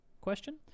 Question